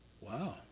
Wow